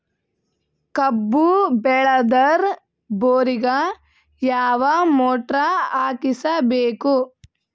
ಕಬ್ಬು ಬೇಳದರ್ ಬೋರಿಗ ಯಾವ ಮೋಟ್ರ ಹಾಕಿಸಬೇಕು?